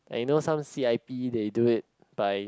I know some c_i_p they do it by